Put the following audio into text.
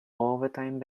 overtime